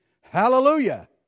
Hallelujah